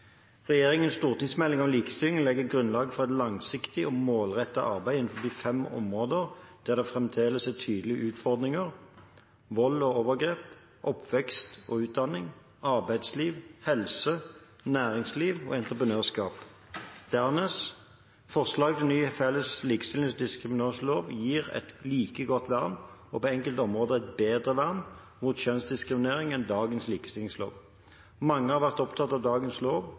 Regjeringens stortingsmelding om likestilling legger grunnlaget for et langsiktig og målrettet arbeid innenfor fem områder der det fremdeles er tydelige utfordringer: vold og overgrep, oppvekst og utdanning, arbeidsliv, helse, næringsliv og entreprenørskap. Dernest: Forslaget til ny og felles likestillings- og diskrimineringslov gir et like godt vern, og på enkelte områder et bedre vern, mot kjønnsdiskriminering enn dagens likestillingslov. Mange har vært opptatt av at dagens lov,